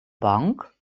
bank